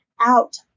out